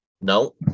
No